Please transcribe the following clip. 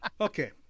okay